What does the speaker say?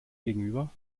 gegenüber